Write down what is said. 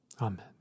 Amen